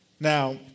Now